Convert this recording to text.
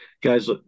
guys